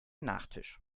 nachtisch